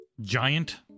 Giant